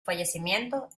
fallecimiento